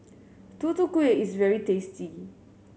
Tutu Kueh is very tasty